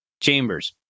Chambers